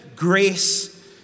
grace